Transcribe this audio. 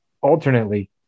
alternately